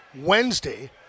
wednesday